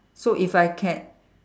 so if I can